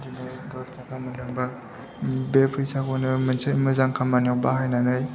दस थाखा मोनदोंबा बे फैसाखौनो मोनसे मोजां खामानियाव बाहायनानै